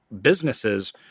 businesses